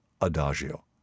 adagio